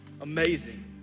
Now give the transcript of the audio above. amazing